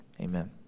amen